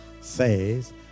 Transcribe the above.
says